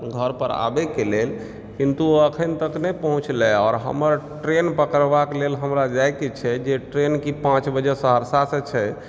घरऽ पर आबय के लेल किन्तु अखन तक नहि पहुँचलै आओर हमर ट्रेन पकड़बा के लेल हमरा जायके छै जे ट्रेन कि पाँच बजे सहरसा से छै